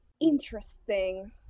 Interesting